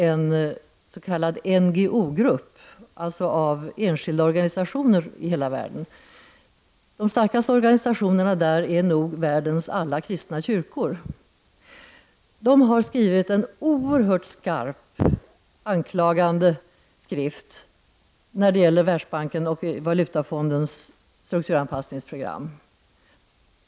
En s.k. NGO-grupp av enskilda organisationer i hela världen — de starkaste organisationerna där är nog världens alla kristna kyrkor — har riktat en oerhört skarp anklagelse mot Världsbankens och Valutafondens strukturanpassningsprogram.